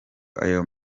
ayo